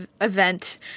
event